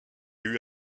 eut